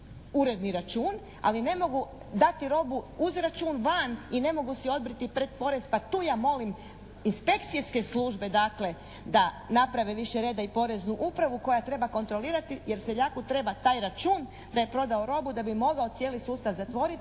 uredni račun, ali ne mogu dati robu uz račun van i ne mogu si odbiti pretporez pa tu ja molim inspekcijske službe dakle da naprave više reda i poreznu upravu koja treba kontrolirati jer seljaku treba taj račun da je prodao robu da bi mogao cijeli sustav zatvoriti